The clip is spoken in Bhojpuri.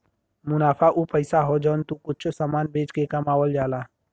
मुनाफा उ पइसा हौ जौन तू कुच्छों समान बेच के कमावल जाला